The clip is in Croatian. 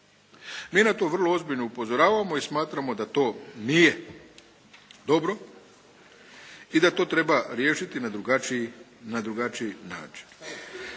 Mi na to vrlo ozbiljno upozoravamo i smatramo da to nije dobro i da to treba riješiti na drugačiji način.